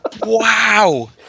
Wow